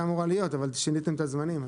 היא הייתה אמורה להיות אבל שיניתם את הזמנים.